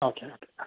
okay ആ